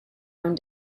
own